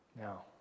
Now